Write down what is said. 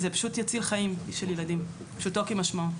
זה פשוט יציל חיים של ילדים, פשוטו כמשמעו.